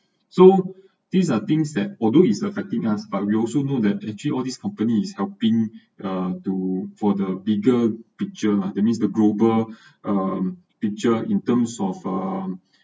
so these are things that although is affecting us but we also know that actually all these companies is helping uh to for the bigger picture lah that means the global uh picture in terms of um